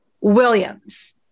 Williams